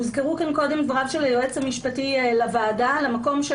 הוזכרו כאן קודם דבריו של היועץ המשפטי לוועדה על המקום של